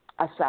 assess